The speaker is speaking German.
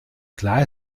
klar